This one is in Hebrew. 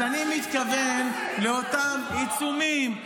אז אני מתכון לאותם עיצומים,